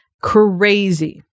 crazy